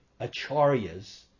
acharyas